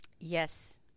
Yes